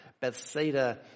Bethsaida